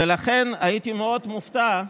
ולכן, אדוני היושב-ראש,